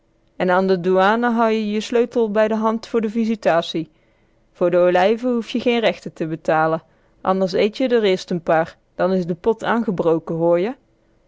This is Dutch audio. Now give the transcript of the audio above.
en an de douane hou je je sleutel bij de hand voor de visitatie voor de olijve hoef je geen rechte te betale anders eet je d'r eerst n paar dan is de pot angebroke hoor je